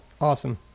Awesome